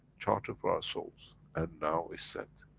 charter for our souls and now, is set.